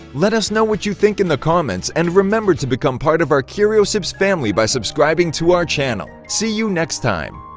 let us know what you think in the comments. and remember to become a part of our curiosips family by subscribing to our channel! see you next time!